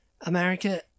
America